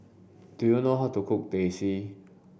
do you know how to cook Teh C